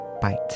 Bite